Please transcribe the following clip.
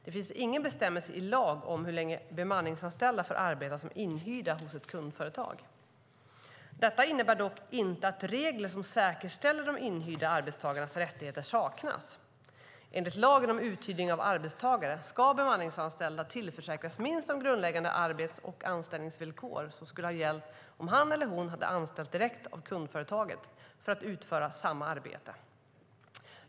Det finns ingen bestämmelse i lag om hur länge bemanningsanställda får arbeta som inhyrda hos ett kundföretag. Detta innebär dock inte att regler som säkerställer de inhyrda arbetstagarnas rättigheter saknas. Enligt lagen om uthyrning av arbetstagare ska bemanningsanställda tillförsäkras minst de grundläggande arbets och anställningsvillkor som skulle ha gällt om han eller hon hade anställts direkt av kundföretaget för att utföra samma arbete.